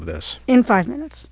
of this in five minutes